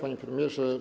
Panie Premierze!